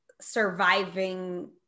surviving